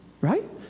Right